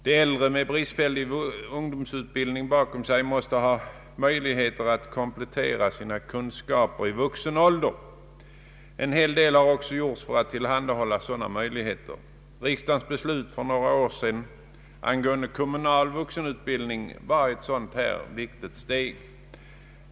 De äldre med bristfällig ungdomsutbildning bakom sig måste ha möjligheter att komplettera sina kunskaper i vuxen ålder. En hel del har också gjorts för att tillhandahålla sådana möjligheter. Riksdagens beslut för några år sedan angående kommunal vuxenutbildning var ett viktigt steg.